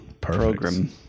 program